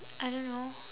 I don't know